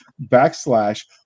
backslash